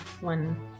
one